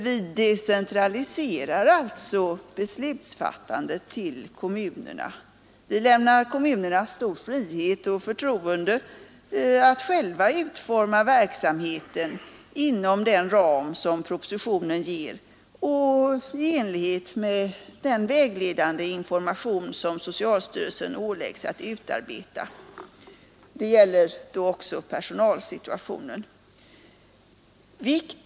Vi decentraliserar ju beslutsfattandet till kommunerna. Vi lämnar kommunerna stor frihet och ger dem förtroendet att själva utforma verksamheten inom den ram som propositionen ger och i enlighet med den vägledande information som socialstyrelsen åläggs att utarbeta. Det gäller också personalsituationen.